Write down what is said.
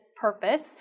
purpose